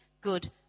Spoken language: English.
good